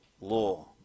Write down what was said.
law